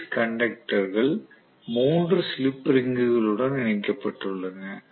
3 phase கண்டக்டர்கள் 3 slip ரிங்குகளுடன் இணைக்கப்பட்டுள்ளன